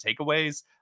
takeaways